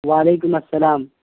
و علیکم السلام